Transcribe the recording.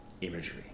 imagery